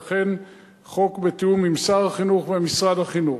ואכן החוק בתיאום עם שר החינוך ומשרד החינוך.